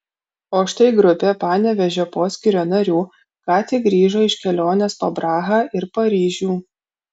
o štai grupė panevėžio poskyrio narių ką tik grįžo iš kelionės po prahą ir paryžių